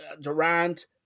Durant